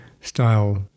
style